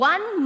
One